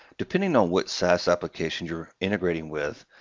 depending on what saas application you're integrating with,